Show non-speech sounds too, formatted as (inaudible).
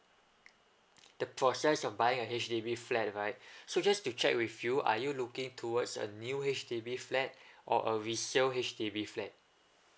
the process of buying a H_D_B flat right (breath) so just to check with you are you looking towards a new H_D_B flat or a resale H_D_B flat